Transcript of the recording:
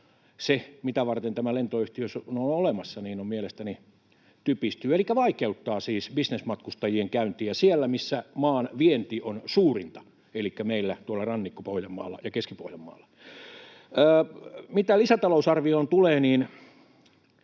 se, mitä varten tämä lentoyhtiö on olemassa, mielestäni typistyy. Se vaikeuttaa siis bisnesmatkustajien käyntiä siellä, missä maan vienti on suurinta, elikkä meillä tuolla Rannikko-Pohjanmaalla ja Keski-Pohjanmaalla. Mitä lisätalousarvioon tulee, tässä